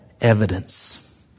evidence